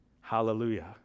Hallelujah